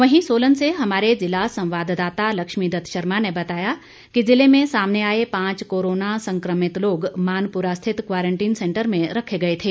वहीं सोलन से हमारे जिला संवाद्दाता लक्ष्मीदत्त शर्मा ने बताया कि जिले में सामने आए पांच कोरोना संकमित लोग मानपुरा स्थित क्वारंटीन सेंटर में रखे गए थे